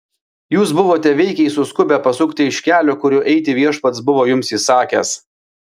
jūs buvote veikiai suskubę pasukti iš kelio kuriuo eiti viešpats buvo jums įsakęs